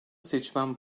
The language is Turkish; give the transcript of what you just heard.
seçmen